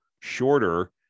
shorter